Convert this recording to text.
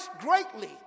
greatly